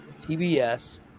TBS